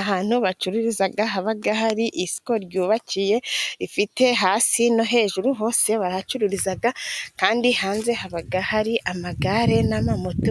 Ahantu bacururiza, haba hari isoko ryubakiye , rifite hasi no hejuru , hose barahacururiza , kandi hanze haba hari amagare n'amamoto .